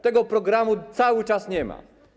Tego programu cały czas nie ma.